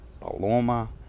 Paloma